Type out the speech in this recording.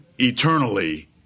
eternally